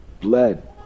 bled